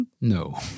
No